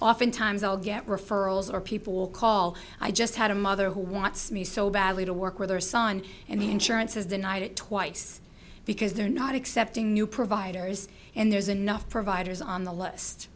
often times i'll get referrals or people will call i just had a mother who wants me so badly to work with her son and the insurance has denied it twice because they're not accepting new providers and there's enough providers on the list